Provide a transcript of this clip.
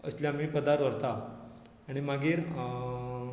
असले आमी पदार्थ व्हरता आनी मागीर